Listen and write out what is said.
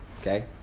Okay